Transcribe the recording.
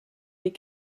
les